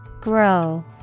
Grow